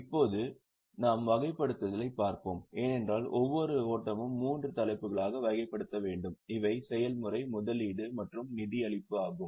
இப்போது நாம் வகைப்படுத்தலைப் பார்ப்போம் ஏனென்றால் ஒவ்வொரு ஓட்டமும் மூன்று தலைப்புகளாக வகைப்படுத்தப்பட வேண்டும் இவை செயற்முறை முதலீடு மற்றும் நிதியளிப்பு ஆகும்